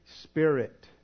spirit